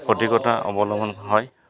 ভৌতিকতা অৱলম্বন হয়